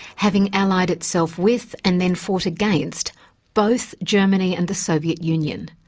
having allied itself with and then fought against both germany and the soviet union.